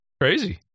Crazy